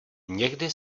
někdy